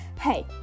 Hey